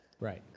right